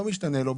לא משתנה לו.